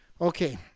Okay